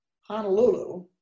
Honolulu